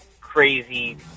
crazy